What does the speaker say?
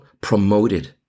promoted